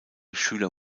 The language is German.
schüler